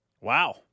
Wow